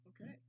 Okay